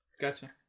Gotcha